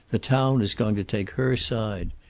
the town is going to take her side.